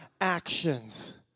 actions